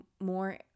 more